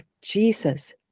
Jesus